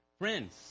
Friends